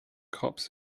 cops